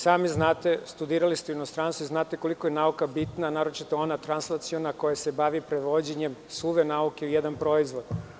Sami znate, studirali ste u inostranstvu i znate koliko je nauka bitna, naročito ona translociona koja se bavi prevođenjem suve nauke u jedan proizvod.